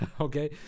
okay